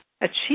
achieve